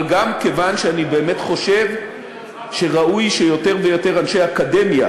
אבל גם כיוון שאני באמת חושב שראוי שיותר ויותר אנשי אקדמיה,